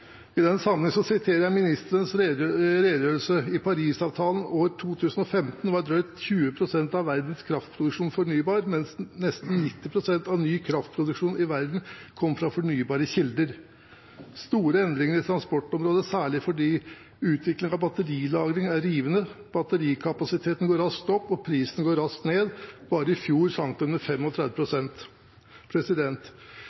I den sammenheng siterer jeg fra ministerens redegjørelse: i Paris-avtalens år 2015 var drøyt 20 pst. av verdens kraftproduksjon fornybar, men nesten 90 pst. av ny kraftproduksjon i verden kom fra fornybare kilder. Store endringer på transportområdet, særlig fordi utviklingen i batterilagring er rivende. Batterikapasiteten går raskt opp, og prisen går raskt ned. Bare i fjor sank den med